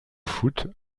foot